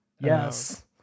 Yes